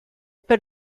per